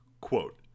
Quote